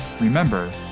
remember